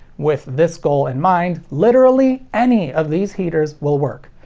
with this goal in mind, literally any of these heaters will work.